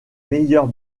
meilleurs